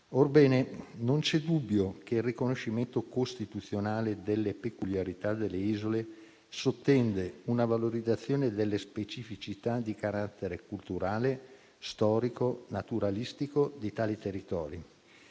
Orbene, non c'è dubbio che il riconoscimento costituzionale delle peculiarità delle isole sottende una valorizzazione delle specificità di carattere culturale, storico e naturalistico di tali territori